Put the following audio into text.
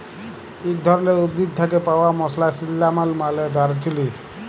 ইক ধরলের উদ্ভিদ থ্যাকে পাউয়া মসলা সিল্লামল মালে দারচিলি